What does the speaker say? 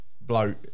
bloke